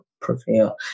Prevail